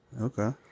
okay